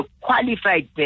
qualified